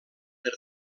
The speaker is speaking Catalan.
per